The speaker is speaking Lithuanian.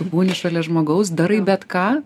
būni šalia žmogaus darai bet ką